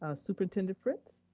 ah superintendent fritz.